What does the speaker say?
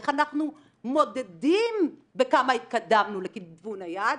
איך אנחנו מודדים בכמה התקדמנו לכיוון היעד